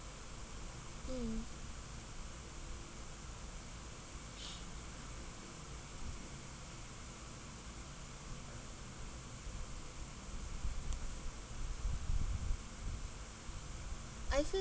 mm I feel